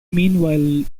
meanwhile